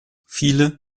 viele